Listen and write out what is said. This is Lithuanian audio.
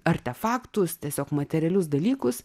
artefaktus tiesiog materialius dalykus